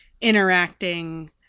interacting